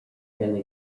anna